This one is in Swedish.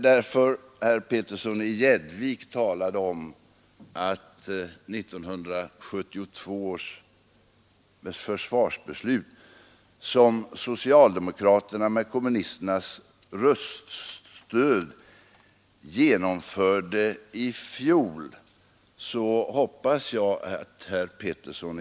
Herr Petersson i Gäddvik talade om att socialdemokraterna med kommunisternas röststöd i fjol genomförde 1972 års försvarsbeslut.